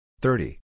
thirty